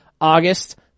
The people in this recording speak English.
August